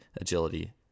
agility